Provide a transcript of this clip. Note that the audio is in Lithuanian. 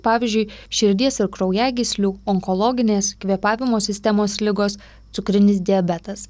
pavyzdžiui širdies ir kraujagyslių onkologinės kvėpavimo sistemos ligos cukrinis diabetas